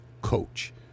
coach